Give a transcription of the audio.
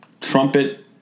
trumpet